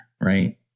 Right